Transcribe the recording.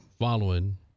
Following